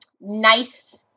nice